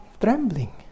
trembling